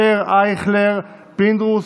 יעקב אשר, ישראל אייכלר ויצחק פינדרוס,